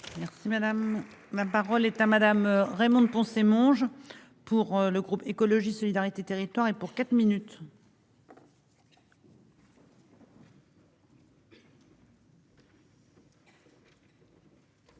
Merci madame, la parole est à Madame Raymonde Poncet Monge pour le groupe Écologie Solidarité territoire et pour quatre minutes.